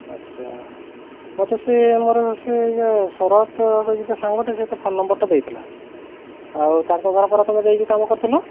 ଆଚ୍ଛା ମୋତେ ସେ ଆମର ସେ ଯେ ଶରତ କହିକି ଯେ ସାଙ୍ଗଟେ ସେ ତୋ ଫୋନ୍ ନମ୍ବରଟା ଦେଇଥିଲା ଆଉ ତାଙ୍କ ଘର ପରା ତୁମେ ଯାଇକି କାମ କରୁଥିଲ